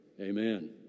Amen